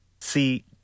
See